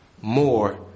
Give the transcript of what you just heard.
more